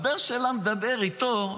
הבן שלה מדבר איתו,